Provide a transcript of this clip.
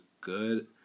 good